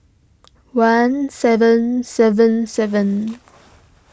one seven seven seven